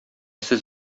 сез